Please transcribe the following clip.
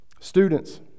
students